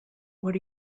what